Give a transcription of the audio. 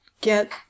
get